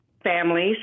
families